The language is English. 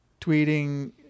Tweeting